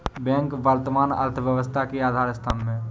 bank वर्तमान अर्थव्यवस्था के आधार स्तंभ है